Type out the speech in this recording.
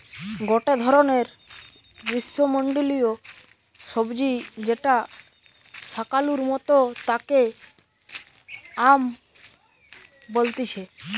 গটে ধরণের গ্রীষ্মমন্ডলীয় সবজি যেটা শাকালুর মতো তাকে য়াম বলতিছে